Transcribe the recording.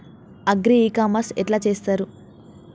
Agri e commerce ఎట్ల చేస్తరు?